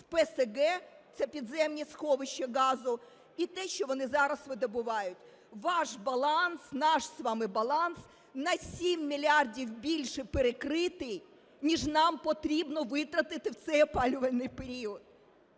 в ПСГ – це підземні сховища газу і те, що вони зараз видобувають. Ваш баланс, наш з вами баланс на 7 мільярдів більше перекритий ніж нам потрібно витратити в цей опалювальний період.